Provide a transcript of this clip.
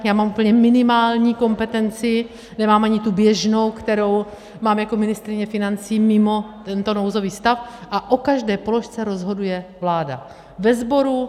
já mám úplně minimální kompetenci, nemám ani tu běžnou, kterou mám jako ministryně financí mimo tento nouzový stav, a o každé položce rozhoduje vláda ve sboru.